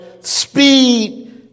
speed